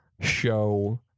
show